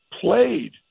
played